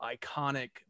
iconic